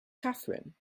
catherine